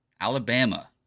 Alabama